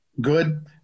Good